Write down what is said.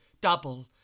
double